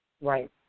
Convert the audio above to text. Right